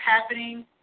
happening